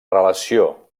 relació